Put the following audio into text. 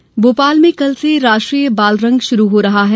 बालरंग भोपाल में कल से राष्ट्रीय बालरंग शुरू हो रहा है